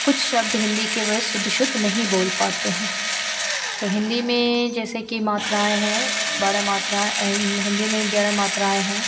कुछ शब्द हिन्दी के वह शुद्ध शुद्ध नहीं बोल पाते हैं तो हिन्दी में जैसे कि मात्राएँ हैं बारह मात्राएँ हिन्दी में ग्यारह मात्राएँ हैं